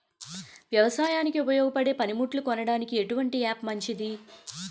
వ్యవసాయానికి ఉపయోగపడే పనిముట్లు కొనడానికి ఎటువంటి యాప్ మంచిది?